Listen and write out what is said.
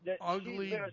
Ugly